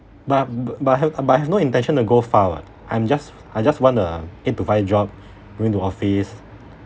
but I've but I have but I have no intention to go far [what] I'm just I just want a eight to five job go into office